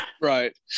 right